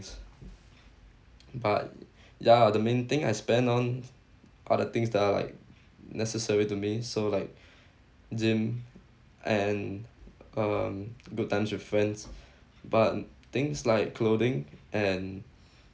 but ya the main thing I spend on other things that are like necessary to main so like gym and um good times with friends but things like clothing and